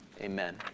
Amen